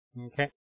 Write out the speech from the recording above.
Okay